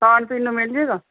ਖਾਣ ਪੀਣ ਨੂੰ ਮਿਲ ਜਾਏਗਾ